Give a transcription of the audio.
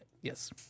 Yes